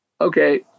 Okay